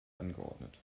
angeordnet